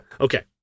Okay